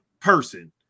person